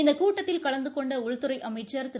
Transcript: இந்த கூட்டத்தில் கலந்து கொண்ட உள்துறை அமைச்ச் திரு